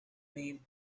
meal